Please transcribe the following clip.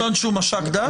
הסרטון שהוא מש"ק דת?